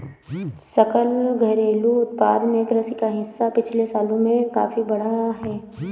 सकल घरेलू उत्पाद में कृषि का हिस्सा पिछले सालों में काफी बढ़ा है